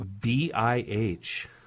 B-I-H